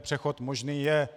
Přechod možný je.